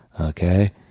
okay